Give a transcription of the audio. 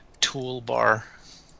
Toolbar